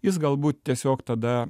jis galbūt tiesiog tada